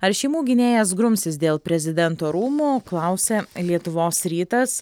ar šeimų gynėjas grumsis dėl prezidento rūmų klausia lietuvos rytas